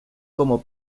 como